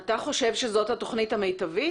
אתה חושב שזאת התוכנית המיטבית?